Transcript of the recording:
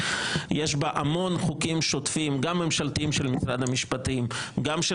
יש בה המון חוקים ממשלתיים של משרד המשפטים וחוקים